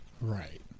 Right